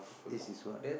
this is what